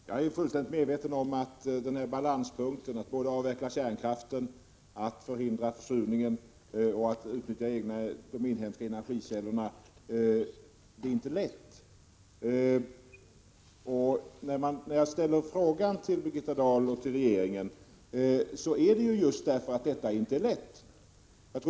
Herr talman! Jag är fullständigt medveten om att det inte är lätt att ha en balanspunkt där kärnkraften skall avvecklas, försurningen förhindras och de inhemska energikällorna utnyttjas. Jag ställde frågan till Birgitta Dahl och regeringen just därför att detta inte är lätt.